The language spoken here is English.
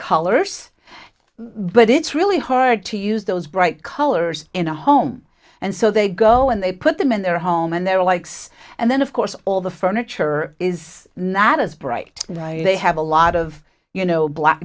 colors but it's really hard to use those bright colors in a home and so they go and they put them in their home and their likes and then of course all the furniture is not as bright they have a lot of you know black